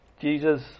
Jesus